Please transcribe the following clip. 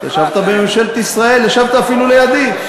ישבת בממשלת ישראל, ישבת אפילו לידי.